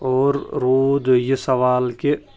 اور روٗد یہِ سوال کہِ